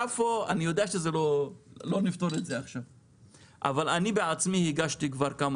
אני מבין שאתם נמצאים ברפורמה מאז 2015. אולי כדי לשנות קצת